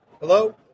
Hello